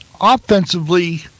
offensively